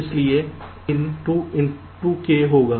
इसलिए यह 2 into k होगा